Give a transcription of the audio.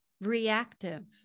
reactive